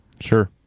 Sure